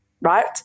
right